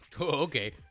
Okay